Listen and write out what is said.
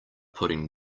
putting